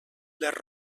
les